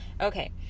Okay